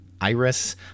iris